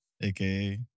aka